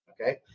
Okay